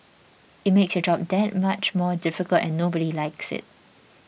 it makes your job that much more difficult and nobody likes it